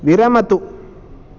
विरमतु